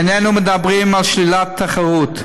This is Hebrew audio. איננו מדברים על שלילת תחרות,